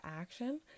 action